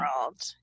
world